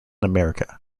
america